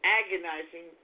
agonizing